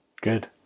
Good